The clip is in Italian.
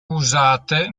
usate